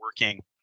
working